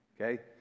okay